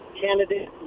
candidate